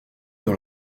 dans